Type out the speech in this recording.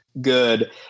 good